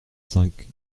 cinq